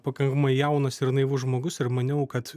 pakankamai jaunas ir naivus žmogus ir maniau kad